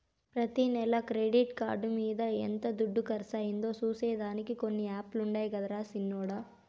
ప్రతి నెల credit card మింద ఎంత దుడ్డు కర్సయిందో సూసే దానికి కొన్ని యాపులుండాయి గదరా సిన్నోడ